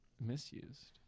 Misused